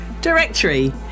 directory